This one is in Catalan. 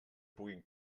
puguin